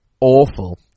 awful